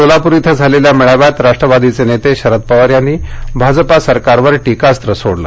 सोलापूर इथे झालेल्या मेळाव्यात राष्ट्रवादीचे नेते शरद पवार यांनी भाजप सरकारवर टीकास्र सोडलं